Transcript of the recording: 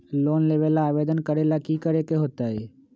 Loan लेबे ला आवेदन करे ला कि करे के होतइ?